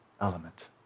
element